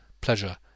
pleasure